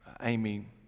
Amy